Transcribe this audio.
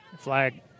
Flag